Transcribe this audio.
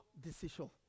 decision